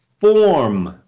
form